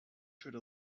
tried